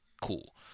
Cool